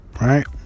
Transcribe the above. Right